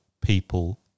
people